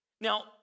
Now